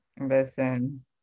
Listen